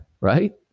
right